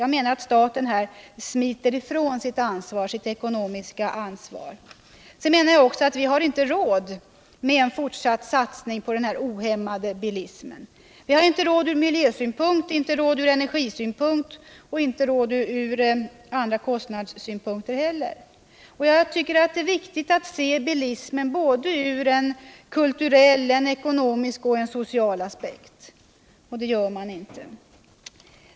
Jag menar att staten här smiter ifrån sitt ekonomiska ansvar. Sedan menar jag också att vi inte har råd med en fortsatt satsning på den ohämmande bilismen. Vi har inte råd från miljösynpunkt, inte råd från energisynpunkt och inte råd från andra kostnadssynpunkter heller. Det är viktigt att se bilismen såväl från en kulturell som från en ekonomisk och social aspekt. Och det gör man inte.